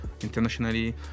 internationally